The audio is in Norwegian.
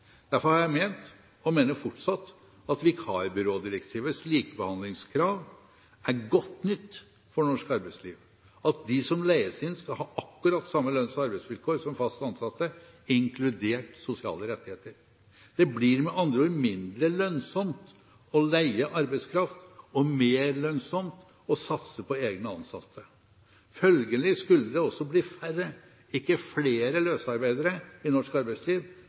Derfor har jeg ment – og mener fortsatt – at vikarbyrådirektivets likebehandlingskrav er godt nytt for norsk arbeidsliv, at de som leies inn, skal ha akkurat samme lønns- og arbeidsvilkår som fast ansatte, inkludert sosiale rettigheter. Det blir med andre ord mindre lønnsomt å leie arbeidskraft og mer lønnsomt å satse på egne ansatte. Følgelig skulle det også bli færre, ikke flere løsarbeidere i norsk arbeidsliv,